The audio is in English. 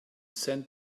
sent